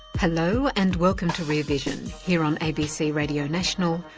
hello, and welcome to rear vision, here on abc radio national,